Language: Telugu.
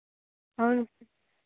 అవును